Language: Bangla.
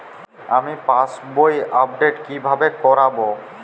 আমি পাসবই আপডেট কিভাবে করাব?